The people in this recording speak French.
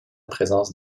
présence